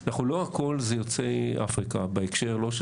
לא הכול זה יוצאי אפריקה בהקשר לא של